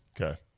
Okay